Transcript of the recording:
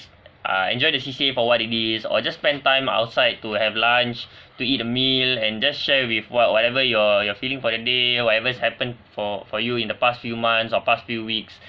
uh enjoy the C_C_A for what it is or just spend time outside to have lunch to eat a meal and just share with what whatever your your feeling for that day whatever's happen for for you in the past few months or past few weeks